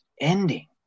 ending